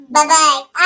Bye-bye